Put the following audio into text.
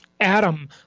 Adam